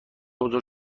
بزرگ